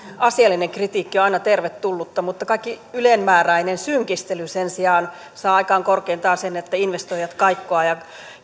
asiallinen kritiikki on aina tervetullutta mutta kaikki ylenmääräinen synkistely sen sijaan saa aikaan korkeintaan sen että investoijat kaikkoavat ja